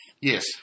Yes